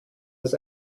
das